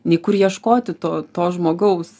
nei kur ieškoti to to žmogaus